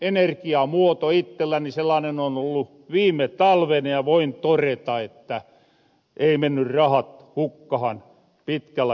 ittelläni sellaanen on ollu viime talven ja voin toreta että ei menny rahat hukkahan pitkällä juoksulla